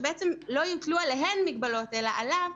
שבעצם לא יוטלו עליהן מגבלות אלא עליו,